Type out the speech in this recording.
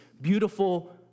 beautiful